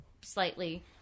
slightly